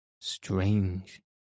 strange